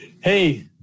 Hey